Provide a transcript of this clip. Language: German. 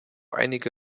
einige